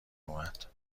اومد